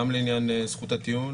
גם לעניין זכות הטיעון,